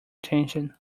attention